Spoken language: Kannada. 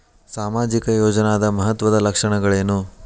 ಸಾಮಾಜಿಕ ಯೋಜನಾದ ಮಹತ್ವದ್ದ ಲಕ್ಷಣಗಳೇನು?